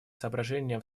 соображения